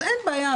אין בעיה,